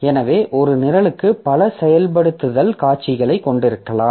எனவே ஒரே நிரலுக்குள் பல செயல்படுத்தல் காட்சிகளைக் கொண்டிருக்கலாம்